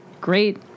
great